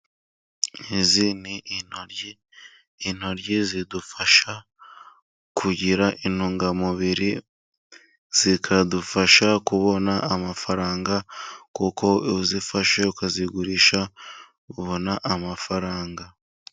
Izi ni intoryi，intoryi zidufasha kugira intungamubiri，zikadufasha kubona amafaranga， kuko uzifashe ukazigurisha， ubona amafaranga.